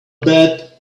bet